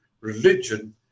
religion